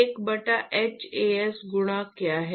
1 बटा h As गुणा क्या है